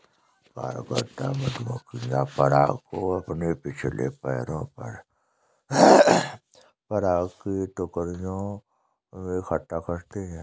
कार्यकर्ता मधुमक्खियां पराग को अपने पिछले पैरों पर पराग की टोकरियों में इकट्ठा करती हैं